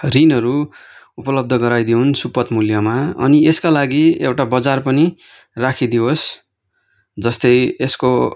ऋणहरू उपलब्ध गराइदिउन् सुपथ मूल्यमा अनि यसका लागि एउटा बजार पनि राखिदिओस् जस्तै यसको